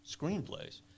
screenplays